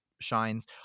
shines